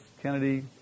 Kennedy